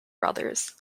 brothers